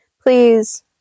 please